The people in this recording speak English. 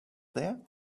there